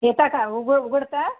येता का उग उघडता